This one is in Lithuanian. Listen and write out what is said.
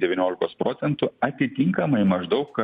devyniolikos procentų atitinkamai maždaug